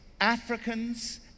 Africans